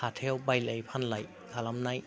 हाथायाव बायलाय फानलाय खालामनाय